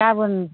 गाबोन